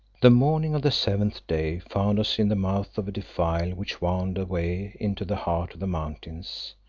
the morning of the seventh day found us in the mouth of a defile which wound away into the heart of the mountains.